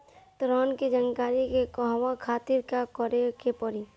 ऋण की जानकारी के कहवा खातिर का करे के पड़ी?